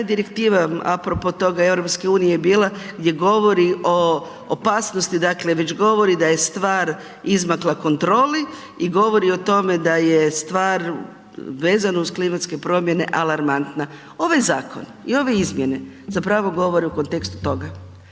direktiva a propo toga je EU bila gdje govori o opasnosti, dakle već govori da je stvar izmakla kontroli i govori o tome da je stvar vezano uz klimatske promjene alarmantna. Ovaj zakon i ove izmjene zapravo govore u kontekst toga.